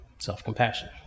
self-compassion